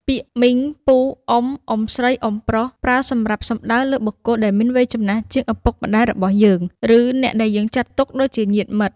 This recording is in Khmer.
ពាក្យ មីង ពូ អ៊ុំ អ៊ុំស្រី អ៊ុំប្រុស ប្រើសម្រាប់សំដៅលើបុគ្គលដែលមានវ័យចំណាស់ជាងឪពុកម្ដាយរបស់យើង ឬអ្នកដែលយើងចាត់ទុកដូចជាញាតិមិត្ត។